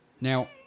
Now